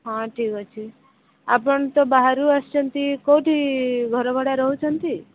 ହଁ ଠିକ୍ ଅଛି ଆପଣ ତ ବାହାରୁ ଆସିଛନ୍ତି କେଉଁଠି ଘର ଭଡ଼ା ରହୁଛନ୍ତି